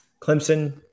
Clemson